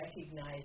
recognize